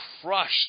crushed